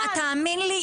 תאמין לי,